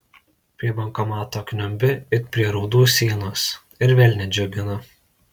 prie bankomato kniumbi it prie raudų sienos ir vėl nedžiugina